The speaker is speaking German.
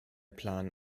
plan